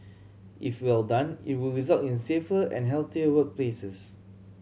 if well done it would result in safer and healthier workplaces